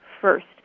first